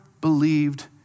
believed